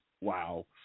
Wow